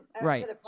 Right